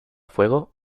fuego